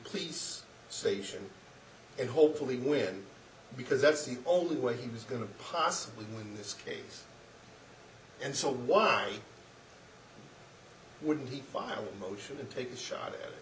police station and hopefully win because that's the only way he was going to possibly win this case and so why wouldn't he filed a motion to take a shot at